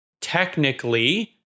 technically